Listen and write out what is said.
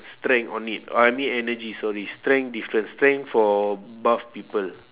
strength on it oh I mean energy sorry strength different strength for buff people